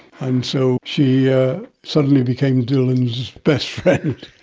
and so she yeah suddenly became dylan's best friend.